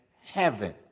heaven